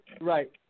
Right